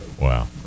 Wow